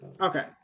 Okay